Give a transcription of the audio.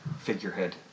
figurehead